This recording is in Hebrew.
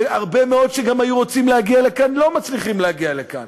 והרבה מאוד היו רוצים להגיע לכאן ולא מצליחים להגיע לכאן.